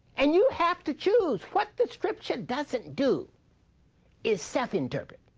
and you have to choose. what the scripture doesn't do is self-interpret.